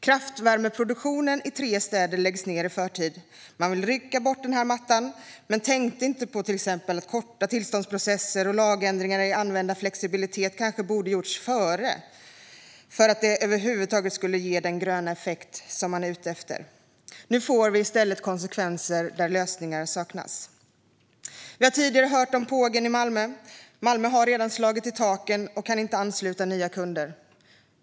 Kraftvärmeproduktion i tre städer läggs ned i förtid. Man ville rycka bort den här mattan, men man tänkte till exempel inte på att korta tillståndsprocesserna eller på att lagändringar kring användarflexibilitet kanske borde ha gjorts först för att det över huvud taget skulle ge den gröna effekt man är ute efter. Nu uppstår i stället konsekvenser som saknar lösningar. Vi har tidigare hört om Pågen i Malmö. Malmö har redan slagit i taket och kan inte ansluta nya kunder.